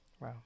Wow